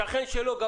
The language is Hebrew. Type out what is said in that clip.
השכן שלו מקנא,